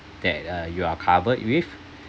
that uh you are covered with